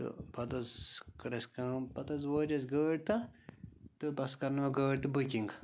تہٕ پَتہٕ حظ کٔر اَسہِ کٲم پَتہٕ حظ وٲج اَسہِ گٲڑۍ تاہ تہٕ بَس کَرنٲو گٲڑۍ تہٕ بُکِنٛگ